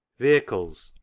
vehicles,